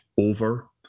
over